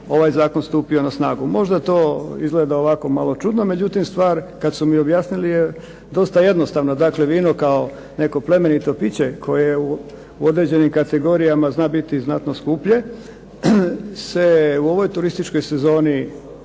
ovaj zakon stupio na snagu. Možda to izgleda ovako čudno međutim, stvar, kada su objasnili je dosta jednostavna. Dakle, vino kao neko plemenito piće koje u određenim kategorijama zna biti znatno skuplje se u ovoj turističkoj sezone